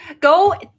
Go